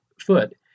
foot